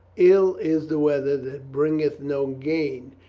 ill is the weather that bringeth no gain,